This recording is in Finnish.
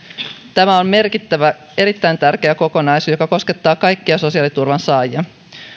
tämä on merkittävä erittäin tärkeä kokonaisuus joka koskettaa kaikkia sosiaaliturvan saajia